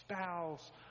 spouse